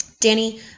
Danny